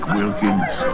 Wilkins